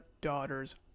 daughter's